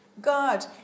God